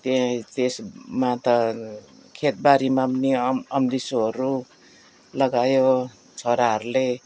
त्यहीँ त्यसमा त खेतबारीमा पनि अम अम्लिसोहरू लगायो छोराहरूले